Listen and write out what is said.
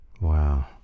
Wow